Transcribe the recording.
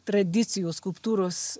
tradicijų skulptūros